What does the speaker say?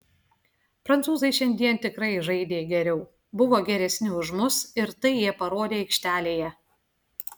prancūzai šiandien tikrai žaidė geriau buvo geresni už mus ir tai jie parodė aikštelėje